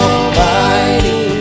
Almighty